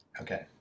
Okay